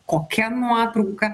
kokia nuotrauka